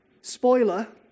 spoiler